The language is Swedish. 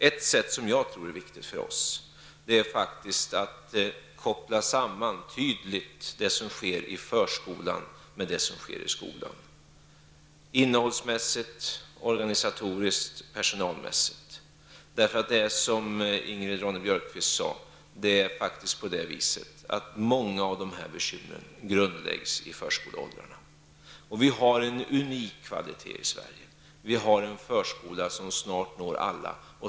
Ett sätt som jag tror är viktigt för oss är att koppla samman tydligt det som sker i förskolan med det som sker i skolan, innehållsmässig,t organisatoriskt och personalmässigt. Det är, som Ingrid Ronne Björkqvist sade, på det viset att många av de här bekymren grundläggs i förskoleåldern. Vi har en unik kvalitét i Sverige, och vi har en förskola som snart når alla.